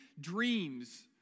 dreams